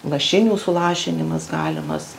lašinių sulašinimas galimas